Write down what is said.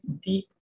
deep